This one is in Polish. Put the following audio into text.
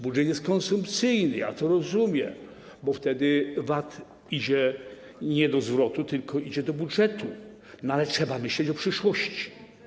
Budżet jest konsumpcyjny - ja to rozumiem, bo wtedy VAT nie jest do zwrotu, tylko idzie do budżetu, ale trzeba myśleć o przyszłości.